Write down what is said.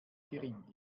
gering